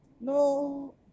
No